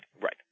right